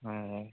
হয় হয়